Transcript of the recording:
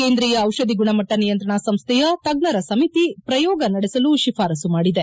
ಕೇಂದ್ರಿಯ ಜಿಷಧಿ ಗುಣಮಟ್ಟ ನಿಯಂತ್ರಣ ಸಂಸ್ವೆಯ ತಜ್ಞರ ಸಮಿತಿ ಪ್ರಯೋಗ ನಡೆಸಲು ಶಿಫಾರಸ್ಲು ಮಾಡಿದೆ